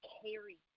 carry